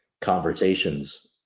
conversations